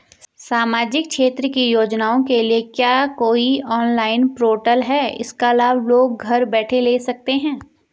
सामाजिक क्षेत्र की योजनाओं के लिए क्या कोई ऑनलाइन पोर्टल है इसका लाभ लोग घर बैठे ले सकते हैं?